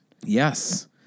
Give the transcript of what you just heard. Yes